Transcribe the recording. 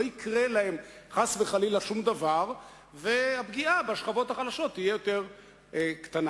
לא יקרה להם חס וחלילה שום דבר והפגיעה בשכבות החלשות תהיה יותר קטנה.